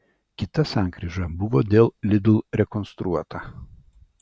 kita sankryža buvo dėl lidl rekonstruota